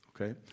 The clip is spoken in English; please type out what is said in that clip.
okay